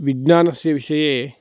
विज्ञानस्य विषये